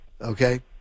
Okay